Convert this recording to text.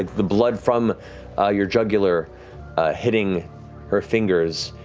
the blood from your jugular hitting her fingers.